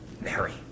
Mary